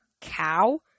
cow